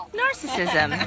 narcissism